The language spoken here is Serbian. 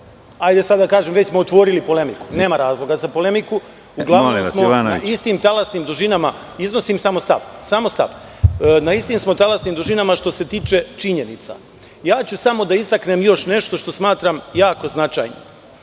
hajde sada da kažem, već smo otvorili polemiku, nema razloga za polemiku ukoliko smo na istim talasnim dužinama, iznosim samo stav, na istim smo talasnim dužinama što se tiče činjenice. Samo ću da istaknem nešto što smatram da je jako značajno.